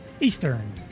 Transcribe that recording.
Eastern